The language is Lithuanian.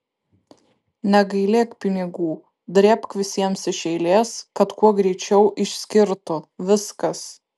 negailėk pinigų drėbk visiems iš eilės kad kuo greičiau išskirtų viskas